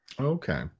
Okay